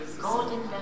golden